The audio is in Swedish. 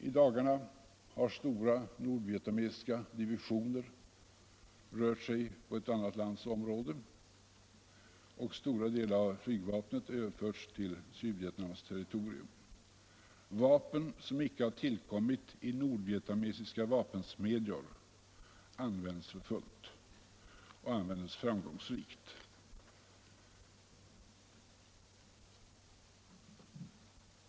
I dagarna har stora nordvietnamesiska divisioner rört sig på ett annat lands område och stora delar av flygvapnet i Nordvietnam har överförts till Sydvietnams territorium. Vapen som icke har tillkommit i nordvietnamesiska vapensmedjor används för fullt, och används framgångsrikt.